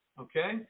Okay